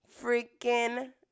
freaking